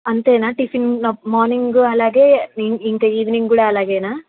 అంతేనా tiffin morning అలాగే ఇంకా ఈవెనింగ్ కూడా అలాగ